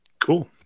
Cool